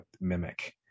mimic